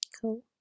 Cool